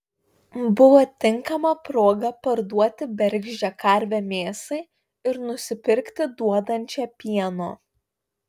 buvo tinkama proga parduoti bergždžią karvę mėsai ir nusipirkti duodančią pieno